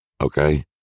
okay